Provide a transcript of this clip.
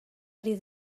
ari